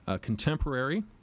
contemporary